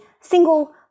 single